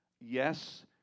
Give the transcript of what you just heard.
yes